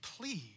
please